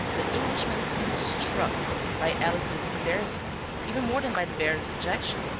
the englishman seemed struck by alice's embarrassment even more than by the baron's objection.